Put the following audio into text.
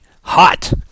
hot